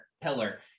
pillar